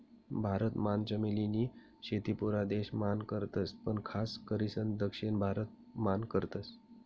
भारत मान चमेली नी शेती पुरा देश मान करतस पण खास करीसन दक्षिण भारत मान करतस